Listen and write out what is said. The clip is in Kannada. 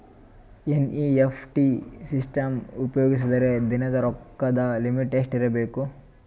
ಎನ್.ಇ.ಎಫ್.ಟಿ ಸಿಸ್ಟಮ್ ಉಪಯೋಗಿಸಿದರ ದಿನದ ರೊಕ್ಕದ ಲಿಮಿಟ್ ಎಷ್ಟ ಇರಬೇಕು?